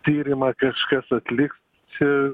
tyrimą kažkas atliks čia